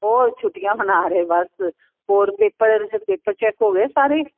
ਹੋਰ ਛੁੱਟੀਆਂ ਮਨਾ ਰਹੇ ਬਸ ਹੋਰ ਪੇਪਰ ਪੇਪਰ ਚੈੱਕ ਹੋ ਗਏ ਸਾਰੇ